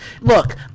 look